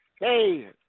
Hey